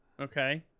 Okay